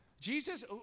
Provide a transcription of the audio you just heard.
Jesus